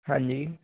ਹਾਂਜੀ